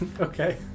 Okay